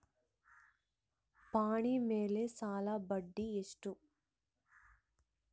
ಪಹಣಿ ಮೇಲೆ ಸಾಲದ ಬಡ್ಡಿ ಎಷ್ಟು?